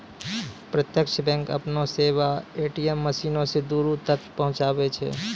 प्रत्यक्ष बैंक अपनो सेबा ए.टी.एम मशीनो से दूरो तक पहुचाबै छै